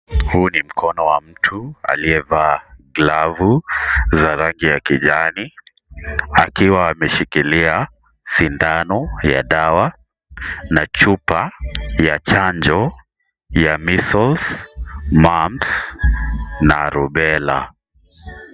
Huu ni mkono wa mtu, aliyevaa ngalu za rangi ya kijani, akiwa ameshikilia, sindano ya dawa, na chupa ya chanjo, ya (cs)missles, mums(cs), na (cs)rubella(cs).